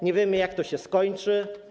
Nie wiemy, jak to się skończy.